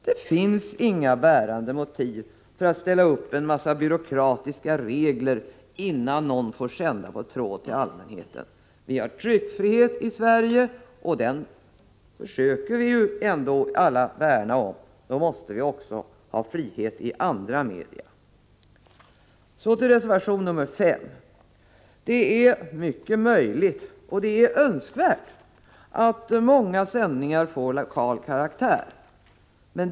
Det finns inga bärande motiv för att ställa upp en massa byråkratiska regler innan någon får sända på tråd till allmänheten. Vi har tryckfrihet i Sverige, och den försöker vi ändå alla värna om. Då måste vi också ha samma frihet i fråga om andra media. Så till reservation 5. Det är mycket möjligt — det är önskvärt — att många sändningar får lokal karaktär.